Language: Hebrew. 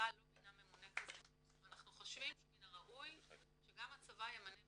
צה"ל לא מינה ממונה כזה ואנחנו חושבים שמן הראוי שגם הצבא ימנה ממונה.